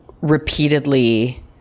repeatedly